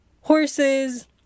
horses